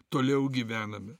toliau gyvename